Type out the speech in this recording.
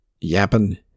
yapping